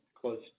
close